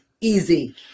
Easy